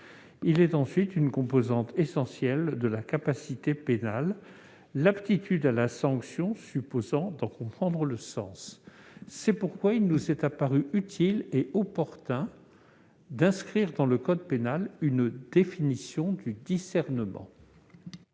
Il est ensuite une composante essentielle de la capacité pénale, l'aptitude à la sanction supposant d'en comprendre le sens. C'est pourquoi il nous est apparu utile et opportun d'inscrire dans le code pénal une définition du discernement.